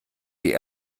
die